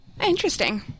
Interesting